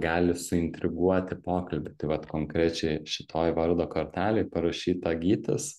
gali suintriguoti pokalbį tai vat konkrečiai šitoj vardo kortelėj parašyta gytis